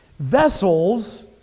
Vessels